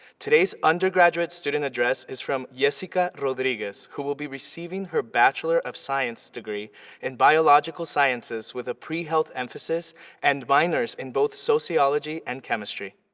today's undergraduate student address is from yessica rodriguez, who will be receiving her bachelor of science degree in biological sciences with a pre-health emphasis and minors in both sociology and chemistry.